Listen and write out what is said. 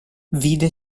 vide